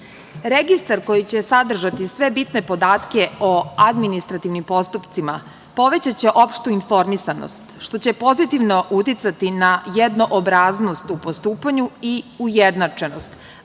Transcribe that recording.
Registar koji će sadržati sve bitne podatke o administrativnim postupcima povećaće opštu informisanost, što će pozitivno uticati na jednoobraznost u postupanju i ujednačenost,